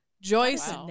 Joyce